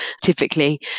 typically